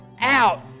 out